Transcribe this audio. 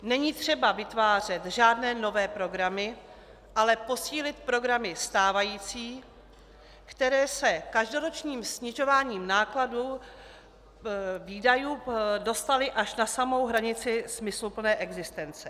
Není třeba vytvářet žádné nové programy, ale posílit programy stávající, které se každoročním snižováním výdajů dostaly až na samou hranici smysluplné existence.